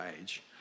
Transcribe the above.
age